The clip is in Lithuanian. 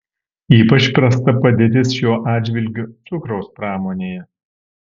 ypač prasta padėtis šiuo atžvilgiu cukraus pramonėje